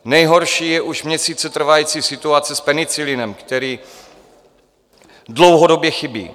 Nejhorší je už měsíce trvající situace s penicilinem, který dlouhodobě chybí.